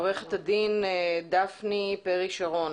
עורכת הדין דפני פרי שרון